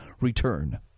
return